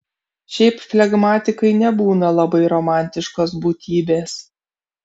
šiaip flegmatikai nebūna labai romantiškos būtybės